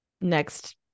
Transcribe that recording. next